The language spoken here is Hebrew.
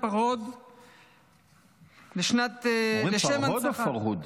הפַּרְהוֹד -- אומרים פַּרְהוֹד או פַרְהוּד?